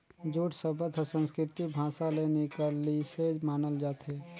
jute सबद हर संस्कृति भासा ले निकलिसे मानल जाथे